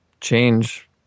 change